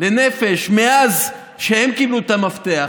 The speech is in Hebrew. לנפש מאז שהם קיבלו את המפתח,